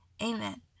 amen